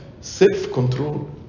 self-control